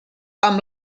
amb